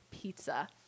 pizza